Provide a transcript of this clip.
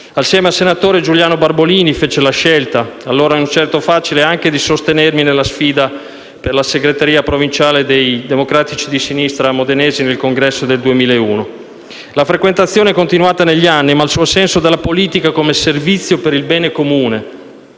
Assieme al senatore Giuliano Barbolini fece la scelta, allora non certo facile, anche di sostenermi nella sfida per la segreteria provinciale dei Democratici di Sinistra modenesi nel congresso del 2001. La frequentazione è continuata negli anni e il suo senso della politica come servizio per il bene comune,